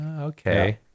Okay